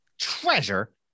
treasure